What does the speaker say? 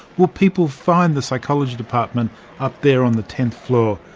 will people find the psychology department up there on the tenth floor?